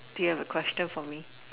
do you have a question for me